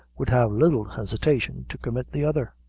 would have little hesitation to commit the other.